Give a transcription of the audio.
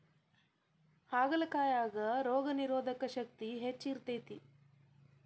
ಹಾಗಲಕಾಯಾಗ ರೋಗನಿರೋಧಕ ಶಕ್ತಿ ಹೆಚ್ಚ ಇರ್ತೈತಿ